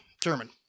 German